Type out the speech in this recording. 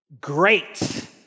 great